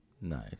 nice